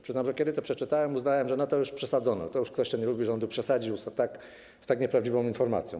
Przyznam, że kiedy to przeczytałem, uznałem, że już przesadzono, że ktoś, kto nie lubi rządu, przesadził z tak nieprawdziwą informacją.